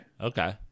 okay